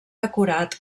decorat